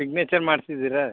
signature ಮಾಡ್ಸಿದ್ದೀರಾ